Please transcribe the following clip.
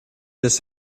this